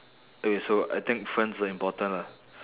okay so I think friends are important lah